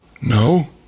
No